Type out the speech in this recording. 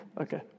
Okay